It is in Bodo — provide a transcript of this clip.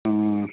अह